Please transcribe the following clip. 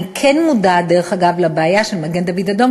אני כן מודעת לבעיה של מגן-דוד-אדום,